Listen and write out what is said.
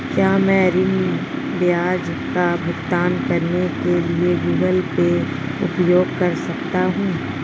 क्या मैं ऋण ब्याज का भुगतान करने के लिए गूगल पे उपयोग कर सकता हूं?